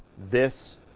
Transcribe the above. this,